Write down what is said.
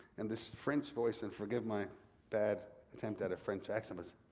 and this french voice. and forgive my bad attempt at a french accent, but,